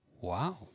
Wow